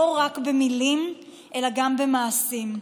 לא רק במילים אלא גם במעשים,